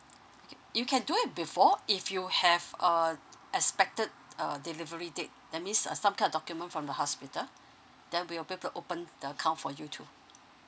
you can do it before if you have uh expected err delivery date that means uh some kind of document from the hospital then we'll be able to open the account for you too